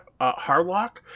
Harlock